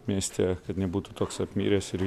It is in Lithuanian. mieste kad nebūtų toks apmiręs ir